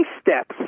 steps